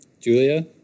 Julia